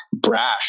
brash